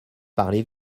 parlez